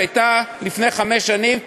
שהייתה לפני חמש שנים,